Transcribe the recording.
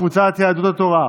קבוצת סיעת יהדות התורה,